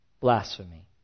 blasphemy